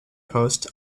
post